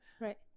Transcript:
right